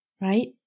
Right